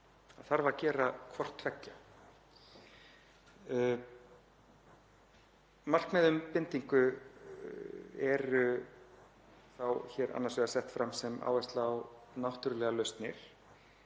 Það þarf að gera hvort tveggja. Markmið um bindingu eru hér annars vegar sett fram sem áhersla á náttúrlegar lausnir,